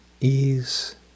ease